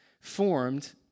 formed